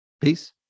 Peace